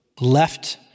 left